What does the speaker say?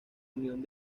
unión